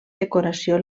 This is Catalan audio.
decoració